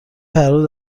پرواز